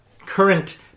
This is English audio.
Current